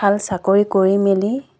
ভাল চাকৰি কৰি মেলি